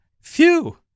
Phew